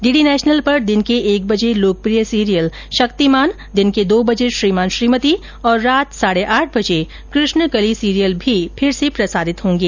D D national पर दिन के एक बजे लोकप्रिय सीरियल शक्तिमान दिन के दो बजे श्रीमान् श्रीमती और रात साढ़े आठ बजे कृष्णकली सीरियल भी फिर से प्रसारित होंगे